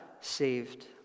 saved